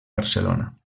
barcelona